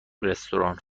رستوران